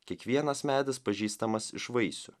kiekvienas medis pažįstamas iš vaisių